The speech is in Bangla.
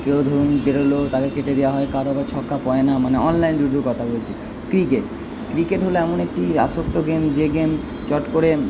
কেউ ধরুন বেরোলো তাকে কেটে দেওয়া হয় কারোর বা ছক্কা পড়ে না মানে অনলাইন লুডুর কথা বলছি ক্রিকেট ক্রিকেট হলো এমন একটি আসক্ত গেম যে গেম চট করে